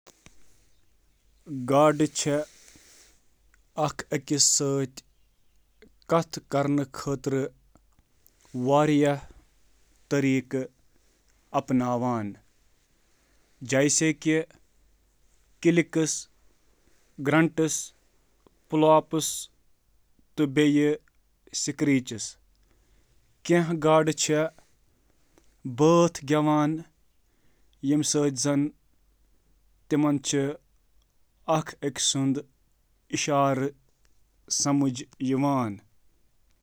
انسانن ہٕنٛدۍ پٲٹھۍ، گاڈٕ تہٕ ہیٚکن اکھ أکس سۭتۍ کتھ باتھ کٔرتھ۔ یہٕ چھ آواز، رنگ، بایولومینیسنس، حرکت، برقی آثارن تہٕ بو کہ ذریعہٕ آسان۔